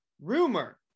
rumor